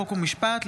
חוק ומשפט,